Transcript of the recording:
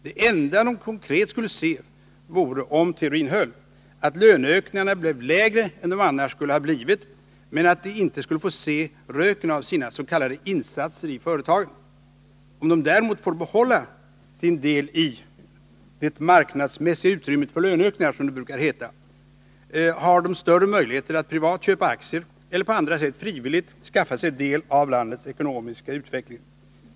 Det enda de konkret skulle se vore — om teorin höll — att löneökningarna blev lägre än de annars skulle ha blivit, men de skulle inte få se röken av sina s.k. insatser i företagen. Om de däremot får behålla sin del i det marknadsmässiga utrymmet för löneökningar — som det brukar heta — har de större möjligheter att privat köpa aktier eller på andra sätt frivilligt skaffa sig del i landets ekonomiska utveckling.